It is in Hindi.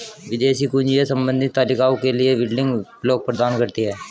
विदेशी कुंजियाँ संबंधित तालिकाओं के लिए बिल्डिंग ब्लॉक प्रदान करती हैं